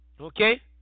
okay